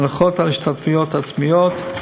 הנחות בהשתתפות עצמית,